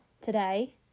today